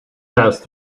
passed